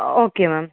okay ma'am